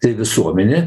tai visuomenė